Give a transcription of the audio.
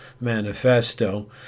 manifesto